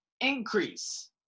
increase